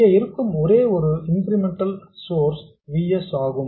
இங்கே இருக்கும் ஒரே ஒரு இன்கிரிமெண்டல் சோர்ஸ் V s ஆகும்